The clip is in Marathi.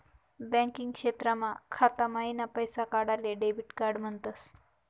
बँकिंग क्षेत्रमा खाता माईन पैसा काढाले डेबिट म्हणतस